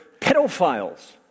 pedophiles